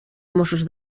mossos